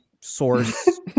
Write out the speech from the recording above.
source